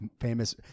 famous